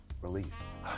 release